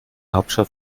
hauptstadt